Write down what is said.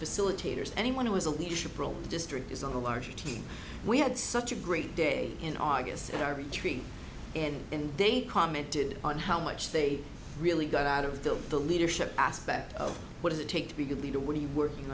facilitators anyone who is a leadership role the district is a large team we had such a great day in august at our retreat and then they commented on how much they really got out of the the leadership aspect of what does it take to be a good leader what are you working